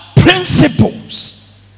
principles